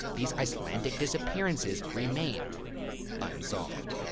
these icelandic disappearances remain unsolved.